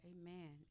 amen